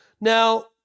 now